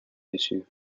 issue